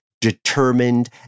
determined